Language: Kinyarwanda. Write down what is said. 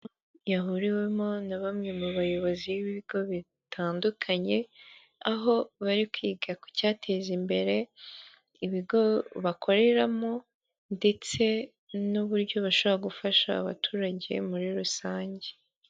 Yahuriwemo na bamwe mu bayobozi b'ibigo bitandukanye, aho bari kwiga ku cyateza imbere ibigo bakoreramo, ndetse n'uburyo bashobora gufasha abaturage muri rusange.